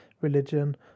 religion